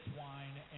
wine